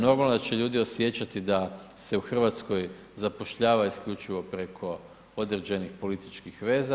Normalno da će ljudi osjećati da se u RH zapošljava isključivo preko određenih političkih veza.